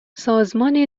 سازمان